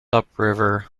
upriver